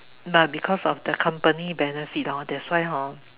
but because of the company benefits hor that's why hor